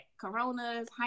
Coronas